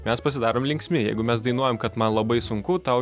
mes pasidarom linksmi jeigu mes dainuojam kad man labai sunku tau